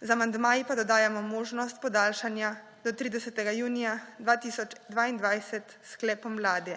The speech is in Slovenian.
Z amandmaji pa dodajamo možnost podaljšanja do 30. junija 2022 s sklepom Vlade.